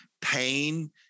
pain